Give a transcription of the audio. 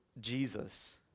Jesus